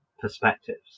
perspectives